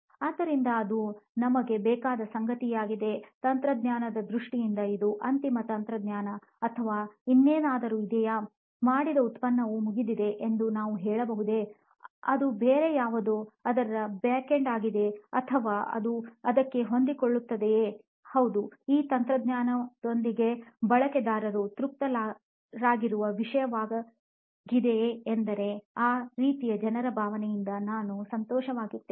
ಆದ್ದರಿಂದ ಅದು ನಮಗೆ ಬೇಕಾದ ಸಂಗತಿಯಾಗಿದೆ ತಂತ್ರಜ್ಞಾನದ ದೃಷ್ಟಿಯಿಂದ ಇದು ಅಂತಿಮ ತಂತ್ರಜ್ಞಾನ ಅಥವಾ ಇನ್ನೇನಾದರೂ ಇದೆಯೇ ಮಾಡಿದ ಉತ್ಪನ್ನವು ಮುಗಿದಿದೆ ಎಂದು ನಾವು ಹೇಳಬಹುದೇ ಅದು ಬೇರೆ ಯಾವುದೋ ಅದರ ಬ್ಯಾಕೆಂಡ್ ಆಗಲಿದೆಯೇ ಅಥವಾ ಅದು ಅದಕ್ಕೆ ಹೊಂದಿಕೊಳ್ಳುತ್ತದೆಯೇ ಹೌದು ಈ ತಂತ್ರಜ್ಞಾನದೊಂದಿಗೆ ಬಳಕೆದಾರರು ತೃಪ್ತರಾಗಲಿರುವ ವಿಷಯವಾಗಲಿದೆಯೆಂದರೆಆ ರೀತಿಯ ಜನರ ಭಾವನೆಯಿಂದ ನಾನು ಸಂತೋಷವಾಗಿದ್ದೇನೆ